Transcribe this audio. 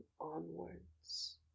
onwards